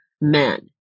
men